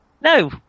No